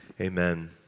amen